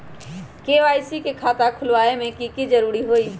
KYC के खाता खुलवा में की जरूरी होई?